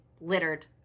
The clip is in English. littered